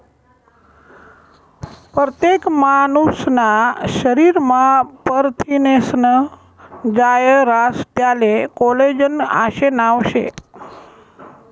परतेक मानूसना शरीरमा परथिनेस्नं जायं रास त्याले कोलेजन आशे नाव शे